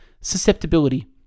Susceptibility